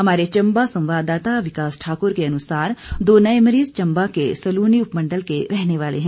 हमारे चम्बा संवाददाता विकास ठाकुर के अनुसार दो नए मरीज चम्बा के सलूनी उपमंडल के रहने वाले हैं